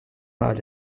mal